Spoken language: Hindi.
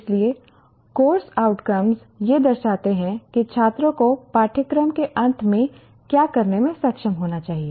इसलिए कोर्स आउटकम्स यह दर्शाते हैं कि छात्रों को पाठ्यक्रम के अंत में क्या करने में सक्षम होना चाहिए